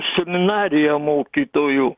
seminarija mokytojų